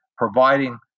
providing